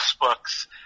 books